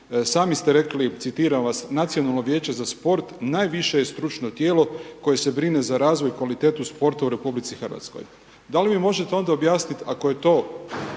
Sami ste rekli, citiram vas: „Nacionalno vijeće za sport najviše je stručno tijelo koje se brine za razvoj i kvalitetu sporta u RH.“ Da li mi možete onda objasniti, ako je to